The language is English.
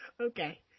Okay